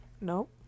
Nope